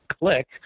click